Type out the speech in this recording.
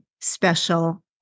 special